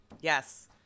Yes